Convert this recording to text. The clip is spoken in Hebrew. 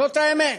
זאת האמת.